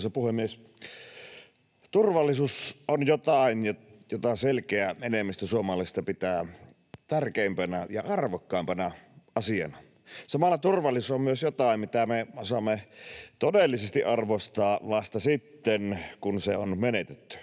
Turvallisuus on jotain, mitä selkeä enemmistö suomalaisista pitää tärkeimpänä ja arvokkaimpana asiana. Samalla turvallisuus on myös jotain, mitä me osaamme todellisesti arvostaa vasta sitten kun se on menetetty,